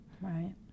right